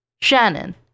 shannon